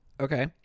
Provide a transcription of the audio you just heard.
Okay